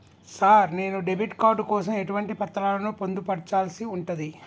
Sir నేను debit card కోసం ఎటువంటి పత్రాలను పొందుపర్చాల్సి ఉంటది?